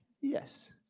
Yes